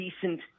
decent